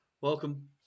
welcome